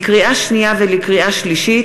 לקריאה שנייה ולקריאה שלישית,